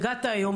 הגעת היום,